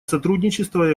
сотрудничество